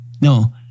No